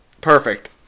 Perfect